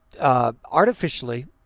artificially